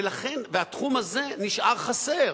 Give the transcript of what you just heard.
והתחום הזה נשאר חסר.